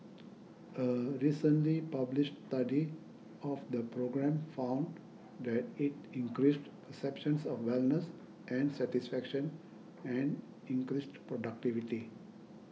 a recently published study of the program found that it increased perceptions of wellness and satisfaction and increased productivity